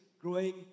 growing